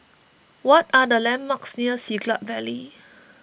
what are the landmarks near Siglap Valley